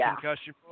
concussion